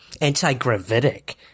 anti-gravitic